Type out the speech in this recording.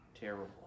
terrible